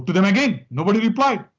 but them again, nobody replied.